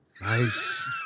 Nice